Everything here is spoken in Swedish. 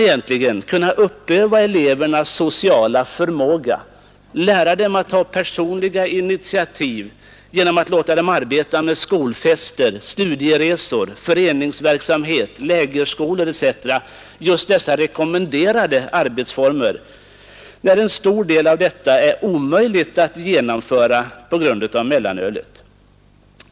Hur skall man kunna uppöva elevernas sociala förmåga och lära dem att ta personliga initiativ genom att låta dem arbeta med skolfester, studieresor, föreningsverksamhet, lägerskolor etc. — just dessa rekommenderade arbetsformer — när en stor del av detta är omöjligt att genomföra på grund av mellanölsmissbruk?